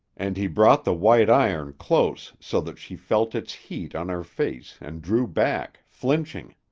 and he brought the white iron close so that she felt its heat on her face and drew back, flinching.